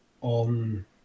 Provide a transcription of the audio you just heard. on